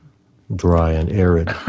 dry and arid.